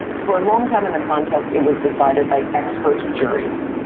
for a long time in the contest it was decided by expert juries.